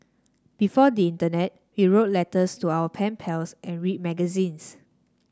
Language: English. before the internet we wrote letters to our pen pals and read magazines